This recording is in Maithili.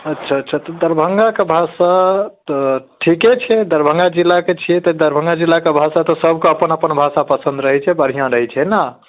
अच्छा अच्छा तऽ दरभङ्गाके भाषा तऽ ठीके छै दरभङ्गा जिलाके छियै तऽ दरभङ्गा जिलाके भाषा तऽ सबके अपन अपन भाषा पसन्द रहैत छै बढ़िआँ रहैत छै ने